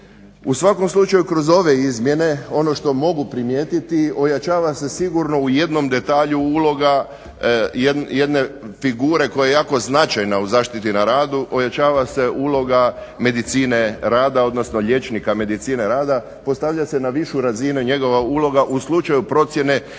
U svakom slučaju kroz ove izmjene ono što mogu primijetiti ojačava se sigurno u jednom detalju uloga jedne figure koja je jako značajna u zaštiti na radu, ojačava se uloga medicine rada, odnosno liječnika medicine rada, postavlja se na višu razinu i njegova uloga u slučaju procjene da